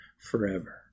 forever